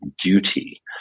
duty